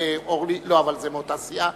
אורלי, לא, זה מאותה סיעה.